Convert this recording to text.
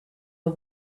are